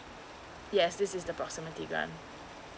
yes this is the proximity grant